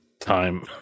time